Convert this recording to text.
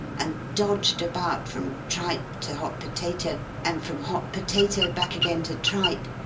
and dodged about, from tripe to hot potato, and from hot potato back again to tripe,